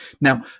Now